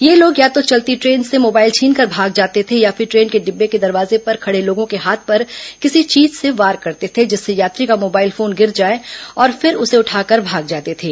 ये लोग या तो चलती ट्रेन से मोबाइल छीनकर भाग जाते थे या फिर ट्रेन के डिब्बे के दरवाजे पर खड़े लोगों के हाथ पर किसी चीज से वार करते थे जिससे यात्री का मोबाइल फोन गिर जाए और फिर उसे उठाकर भाग जाते थे